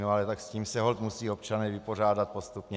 Ale s tím se holt musí občané vypořádat postupně.